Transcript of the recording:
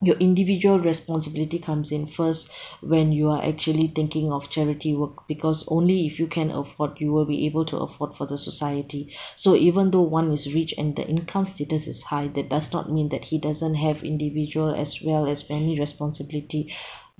your individual responsibility comes in first when you are actually thinking of charity work because only if you can afford you will be able to afford for the society so even though one is rich and the income status is high that does not mean that he doesn't have individual as well as many responsibility